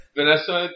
Vanessa